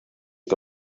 que